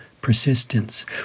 persistence